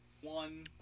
one